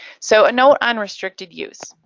so a note on restricted use,